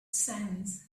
sands